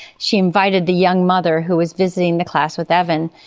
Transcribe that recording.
she invited the young mother who was visiting the class with evan,